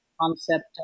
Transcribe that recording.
concept